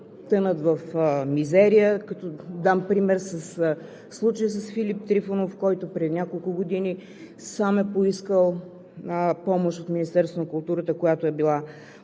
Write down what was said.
тънат в мизерия? Ще дам пример със случая на Филип Трифонов, който преди няколко години сам е поискал помощ от Министерството на културата, която е била